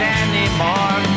anymore